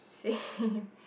same